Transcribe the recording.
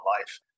life